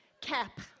cap